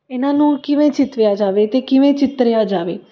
ਇਹਨਾਂ ਨੂੰ ਕਿਵੇਂ ਚਿਤਰਿਆ ਜਾਵੇ ਅਤੇ ਕਿਵੇਂ ਚਿੱਤਰਿਆ ਜਾਵੇ